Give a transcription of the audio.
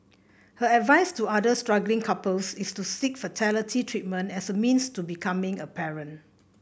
her advice to other struggling couples is to seek fertility treatment as a means to becoming a parent